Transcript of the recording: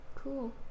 cool